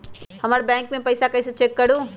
हमर बैंक में पईसा कईसे चेक करु?